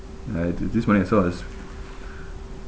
ya th~ this morning I saw is